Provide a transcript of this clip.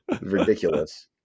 Ridiculous